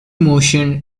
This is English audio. motion